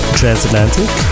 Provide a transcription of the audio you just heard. transatlantic